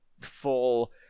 full